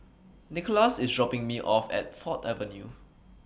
Nicholaus IS dropping Me off At Ford Avenue